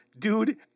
Dude